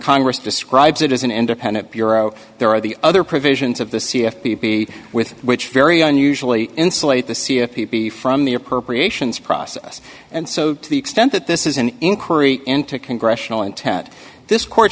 congress describes it as an independent bureau there or the other provisions of the c f b be with which very unusually insulate the c f p be from the appropriations process and so to the extent that this is an inquiry into congressional intent this court